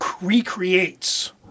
recreates